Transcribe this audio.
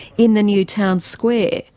in the new town square,